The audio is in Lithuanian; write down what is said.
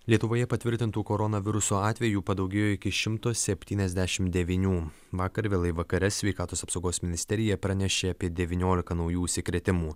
lietuvoje patvirtintų koronaviruso atvejų padaugėjo iki šimto septyniasdešimt devynių vakar vėlai vakare sveikatos apsaugos ministerija pranešė apie devyniolika naujų užsikrėtimų